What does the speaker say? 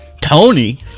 Tony